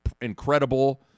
incredible